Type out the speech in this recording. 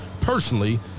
personally